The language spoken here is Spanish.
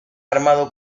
armado